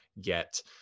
get